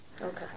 Okay